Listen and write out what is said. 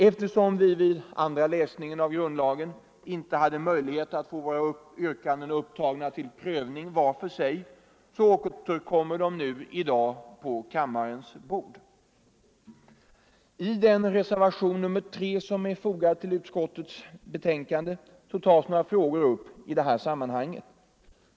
Eftersom vi vid andra läsningen av grundlagen icke hade möjlighet att få våra yrkanden upptagna till prövning vart för sig, återkommer de nu på kammarens bord. I reservationen 3 vid utskottets betänkande tas några frågor i detta sammanhang upp till behandling.